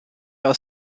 aus